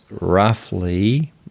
roughly